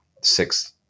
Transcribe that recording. six